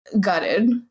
gutted